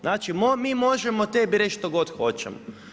Znači mi možemo tebi reći što god hoćemo.